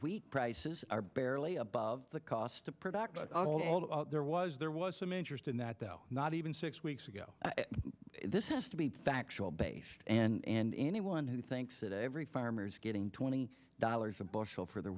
wheat prices are barely above the cost of production although there was there was some interest in that though not even six weeks ago this has to be factual based and anyone who thinks that every farmer's getting twenty dollars a bushel for the